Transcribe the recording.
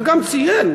וגם ציין,